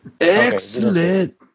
Excellent